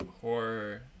horror